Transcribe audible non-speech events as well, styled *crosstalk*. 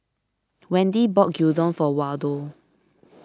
Wendi bought *noise* Gyudon for Waldo